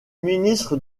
ministre